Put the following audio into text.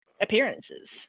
appearances